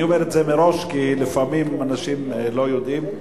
אני אומר את זה מראש, כי לפעמים אנשים לא יודעים.